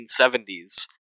1970s